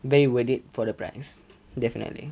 very worth it for the price definitely